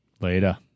Later